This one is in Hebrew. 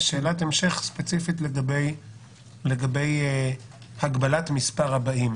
שאלת המשך ספציפית לגבי הגבלת מספר הבאים לארץ.